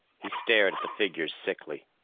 he stared at the figures sickly.